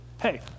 hey